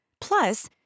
Plus